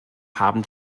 haben